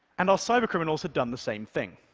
and our cybercriminals had done the same thing.